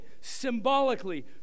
symbolically